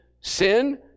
sin